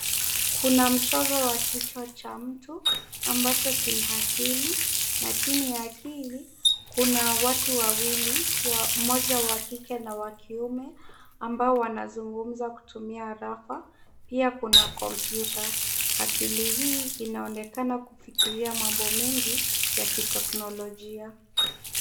Kuna mchoro wa kichwa cha mtu ambacho kina akili na chini ya akili kuna watu wawili, mmoja wa kike na wa kiume ambao wanazungumza kutumia arafa. Pia kuna kompyuta. Akili hii inaonekana kufikiria mambo mengi ya kiteknolojia.